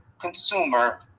consumer